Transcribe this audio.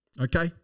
okay